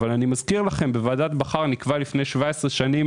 אך אני מזכיר בוועדת בכר נקבע לפני 17 שנים